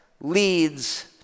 leads